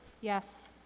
Yes